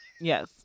Yes